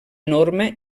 norma